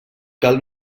cal